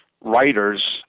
writers